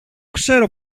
ξέρω